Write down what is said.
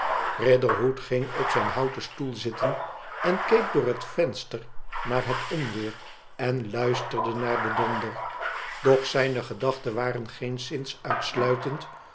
riderhood ging op zijn houten stoel zitten en keek door het venstef naar het onweer en luisterde naar den donder doch zijne gedachten waren geenszins uitsluitend